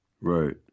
right